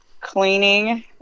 cleaning